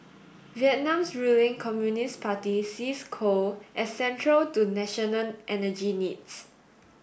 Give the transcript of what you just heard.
Vietnam's ruling Communist Party sees coal as central to national energy needs